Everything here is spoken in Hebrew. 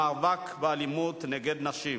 למאבק באלימות נגד נשים.